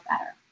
better